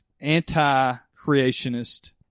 anti-creationist